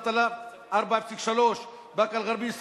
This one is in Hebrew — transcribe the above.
אחוז האבטלה הוא 4.3%. באקה-אל-ע'רביה,